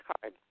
card